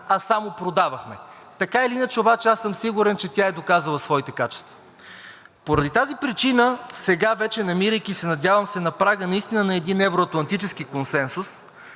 а само продавахме. Така или иначе обаче съм сигурен, че тя е доказала своите качества. Поради тази причина сега вече, намирайки се, надявам се, на прага наистина на един евро-атлантически консенсус